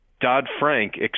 Dodd-Frank